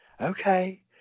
Okay